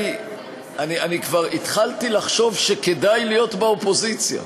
אני כבר התחלתי לחשוב שכדאי להיות באופוזיציה,